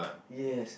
yes